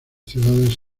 ciudades